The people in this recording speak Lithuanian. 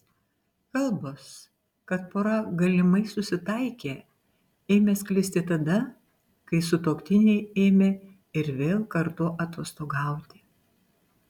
kalbos kad pora galimai susitaikė ėmė sklisti tada kai sutuoktiniai ėmė ir vėl kartu atostogauti